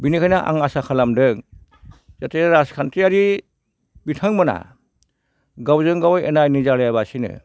बिनिखायनो आं आसा खालामदों जाहाथे राजखान्थियारि बिथांमोनहा गावजों गाव एना एनि जालायाबासिनो